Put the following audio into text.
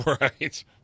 Right